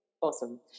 Awesome